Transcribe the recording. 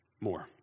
more